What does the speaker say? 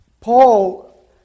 Paul